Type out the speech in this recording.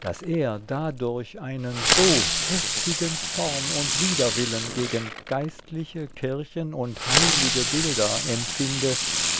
daß er dadurch einen so heftigen zorn und widerwillen gegen geistliche kirchen und heilige bilder empfinde